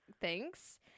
thanks